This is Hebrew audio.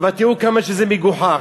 אבל תראו כמה שזה מגוחך.